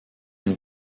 une